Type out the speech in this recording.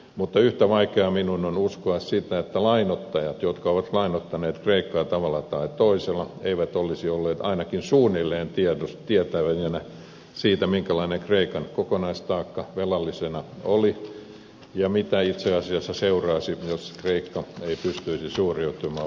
mutta yhtä vaikeaa minun on uskoa sitä että lainoittajat jotka ovat lainoittaneet kreikkaa tavalla tai toisella eivät olisi olleet ainakin suunnilleen tietoisia siitä minkälainen kreikan kokonaistaakka velallisena oli ja mitä itse asiassa seuraisi jos kreikka ei pystyisi suoriutumaan velvoitteistaan